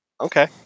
okay